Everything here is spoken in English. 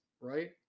right